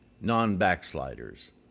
non-backsliders